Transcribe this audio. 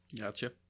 Gotcha